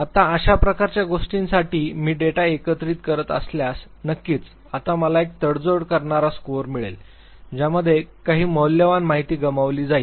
आता अशा प्रकारच्या गोष्टींसाठी मी डेटा एकत्रित करत असल्यास नक्कीच आता मला एक तडजोड करणारा स्कोर मिळेल ज्यामध्ये काही मौल्यवान माहिती गमावली जाईल